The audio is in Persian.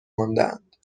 ماندهاند